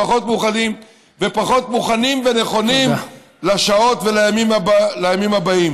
פחות מאוחדים ופחות מוכנים ונכונים לשעות ולימים הבאים?